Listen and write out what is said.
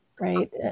right